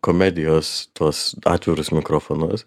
komedijos tuos atvirus mikrofonus